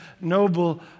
noble